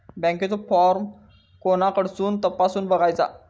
बँकेचो फार्म कोणाकडसून तपासूच बगायचा?